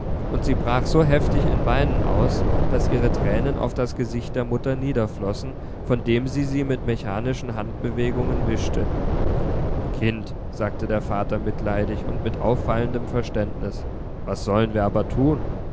und sie brach so heftig in weinen aus daß ihre tränen auf das gesicht der mutter niederflossen von dem sie sie mit mechanischen handbewegungen wischte kind sagte der vater mitleidig und mit auffallendem verständnis was sollen wir aber tun